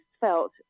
felt